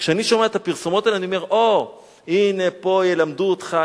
כשאני שומע את הפרסומות האלה אני אומר: הנה פה ילמדו אותך,